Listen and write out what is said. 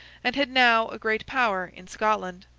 and had now a great power in scotland.